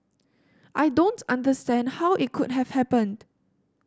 I don't understand how it could have happened